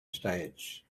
stage